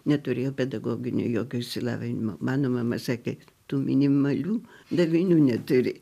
neturėjo pedagoginio jokio išsilavinimo mano mama sakė tų minimalių davinių neturi